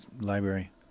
library